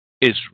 Israel